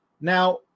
Now